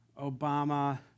Obama